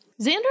Xander